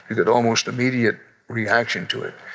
you get almost immediate reaction to it.